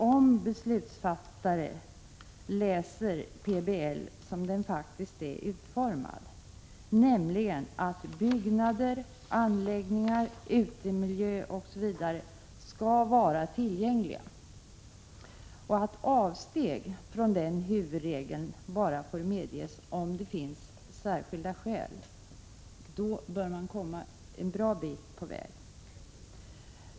Om beslutsfattare läser PBL som den faktiskt är utformad — att byggnader, anläggningar, utemiljö osv. skall vara tillgängliga och att avsteg från den huvudregeln får medges bara om det finns särskilda skäl — då bör man komma en bra bit på väg.